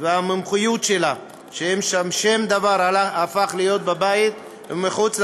ואת המומחיות שלה, שהפכו לשם דבר בבית ומחוץ לבית.